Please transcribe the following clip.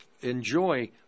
enjoy